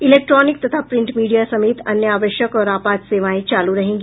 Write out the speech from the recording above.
electronic तथा print media समेत अन्य आवश्यक और आपात सेवाएं चालू रहेंगी